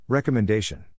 Recommendation